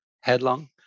headlong